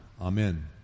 Amen